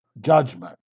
Judgment